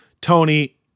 Tony